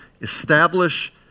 establish